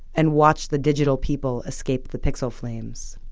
and watch the digital people escape the pixel flames.